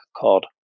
called